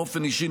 באופן אישי,